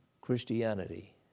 Christianity